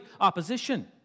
opposition